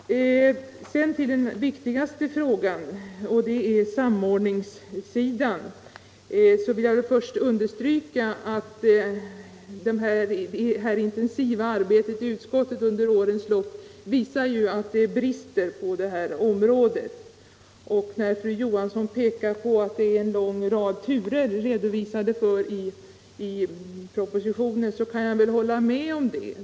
Sedan till den viktigaste frågan, nämligen samordningen. Jag vill först understryka att det intensiva arbetet i utskottet under årens lopp visar att det brister på det området. När fru Johansson pekar på att en lång rad turer finns redovisade i propositionen, så kan jag väl hålla med om det.